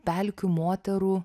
pelkių moterų